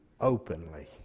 openly